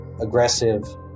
aggressive